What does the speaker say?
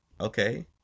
Okay